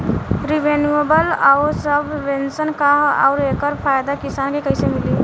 Renewable आउर subvention का ह आउर एकर फायदा किसान के कइसे मिली?